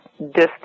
distance